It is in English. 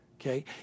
Okay